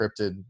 encrypted